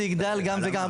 זה יגדל גם וגם,